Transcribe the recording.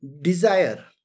Desire